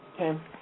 Okay